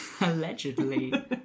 Allegedly